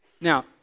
Now